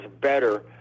better